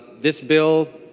this bill